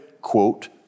quote